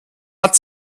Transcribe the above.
hat